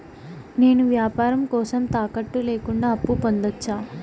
నేను వ్యాపారం కోసం తాకట్టు లేకుండా అప్పు పొందొచ్చా?